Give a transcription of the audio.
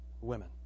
women